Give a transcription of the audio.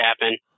happen